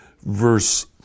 verse